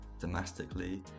domestically